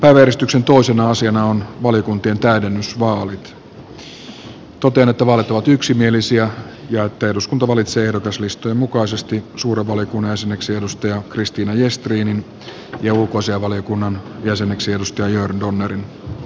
äänestyksen tunsin asiana on valiokuntien tai totean että vaalit ovat yksimielisiä ja että eduskunta valitsee ehdokaslistojen mukaisesti suuren valiokunnan jäseneksi christina gestrinin ja ulkoasiainvaliokunnan jäseneksi jörn donnerin